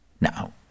now